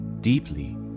deeply